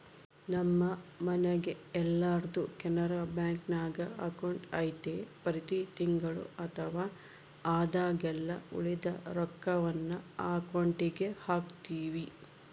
ನಮ್ಮ ಮನೆಗೆಲ್ಲರ್ದು ಕೆನರಾ ಬ್ಯಾಂಕ್ನಾಗ ಅಕೌಂಟು ಐತೆ ಪ್ರತಿ ತಿಂಗಳು ಅಥವಾ ಆದಾಗೆಲ್ಲ ಉಳಿದ ರೊಕ್ವನ್ನ ಈ ಅಕೌಂಟುಗೆಹಾಕ್ತಿವಿ